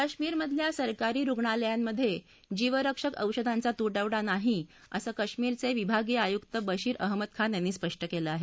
कश्मीरमधल्या सरकारी रुग्णालयांमधे जीवरक्षक औषधांचा तुटवडा नाही असं कश्मीरचे विभागीय आयुक्त बशीर अहमद खान यांनी स्पष्ट केलं आहे